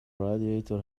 radiator